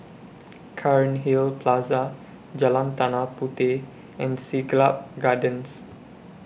Cairnhill Plaza Jalan Tanah Puteh and Siglap Gardens